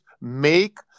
make